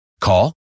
Call